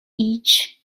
each